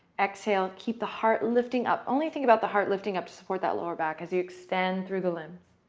exhale. keep the heart lifting up. the only thing about the heart lifting up to support that lower back as you extend through the limbs.